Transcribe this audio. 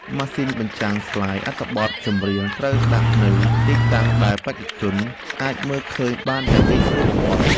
ម៉ាស៊ីនបញ្ចាំងស្លាយអត្ថបទចម្រៀងត្រូវដាក់នៅទីតាំងដែលបេក្ខជនអាចមើលឃើញបានយ៉ាងងាយស្រួលបំផុត។